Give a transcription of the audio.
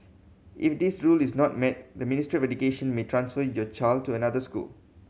if this rule is not met the Ministry of Education may transfer your child to another school